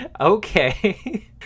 okay